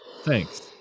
thanks